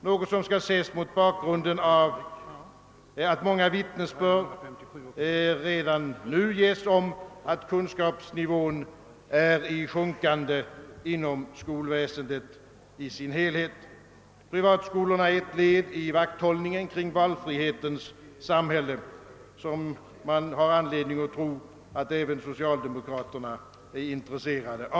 Detta skall ses mot bakgrund av att många vittnesbörd redan nu ges om att kunskapsnivån är i sjunkande inom skolväsendet i dess helhet. Privatskolorna utgör ett led i vakthållningen kring valfrihetens samhälle, som man har anledning tro att även socialdemokraterna är intresserade av.